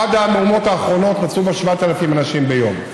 עד המהומות האחרונות נסעו בה 7,000 אנשים ביום,